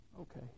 okay